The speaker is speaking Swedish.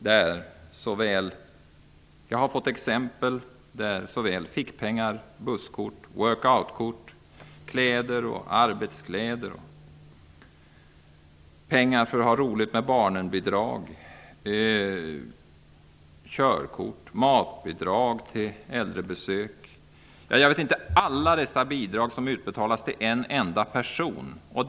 Jag har sett exempel där en enda person fått bidrag till fickpengar, busskort, workout-kort, kläder, arbetskläder, att ha roligt med barnen, körtkort, mat för äldrebesök -- ja, jag vet inte allt!